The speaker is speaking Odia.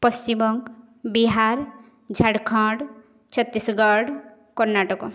ପଶ୍ଚିମବଙ୍ଗ ବିହାର ଝାଡ଼ଖଣ୍ଡ ଛତିଶଗଡ଼ କର୍ଣ୍ଣାଟକ